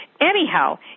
anyhow